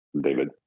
David